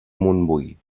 montbui